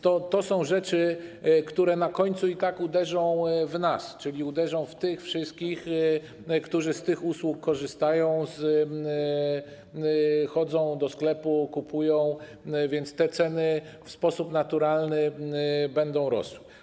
To są rzeczy, które na końcu i tak uderzą w nas, czyli uderzą w tych wszystkich, którzy korzystają z usług: chodzą do sklepu, kupują, więc ceny w sposób naturalny będą rosły.